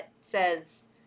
says